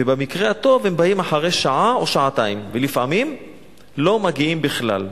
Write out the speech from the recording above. ובמקרה הטוב הם באים אחרי שעה או שעתיים ולפעמים לא מגיעים בכלל.